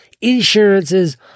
insurances